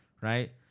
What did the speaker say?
Right